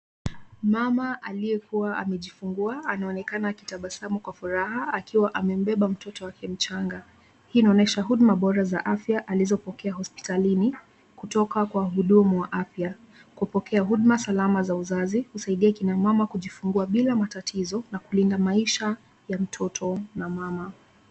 Mama aliyekua amejifungua anaonekana akitabasamu kwa furaha akiwa amembeba mtoto wake mchanga ,hii inaonyesha huduma bora za afya alizopokea hospitalini kutoka kwa wahudumu wa afya, kupokea huduma salama za uzazi umsaidia akina mama kujifungua bila tatizo na kulinda maisha ya mtoto na mama.